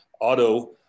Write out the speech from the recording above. auto